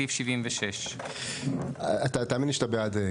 סעיף 76. תאמין לי שאתה בעד,